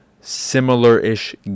similar-ish